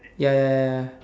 ya ya ya ya